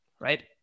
right